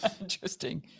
Interesting